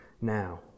now